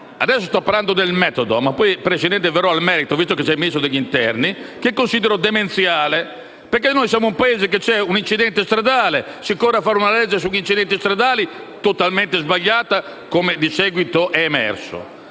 adesso sto parlando del metodo ma poi, Presidente, verrò al merito visto che è presente il Ministro degli interni - che considero demenziale. Siamo un Paese dove, se c'è un incidente stradale, si corre a fare una legge sugli incidenti stradali totalmente sbagliata, come è emerso